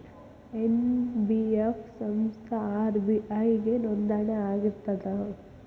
NBF ಸಂಸ್ಥಾ RBI ಗೆ ನೋಂದಣಿ ಆಗಿರ್ತದಾ?